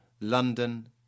London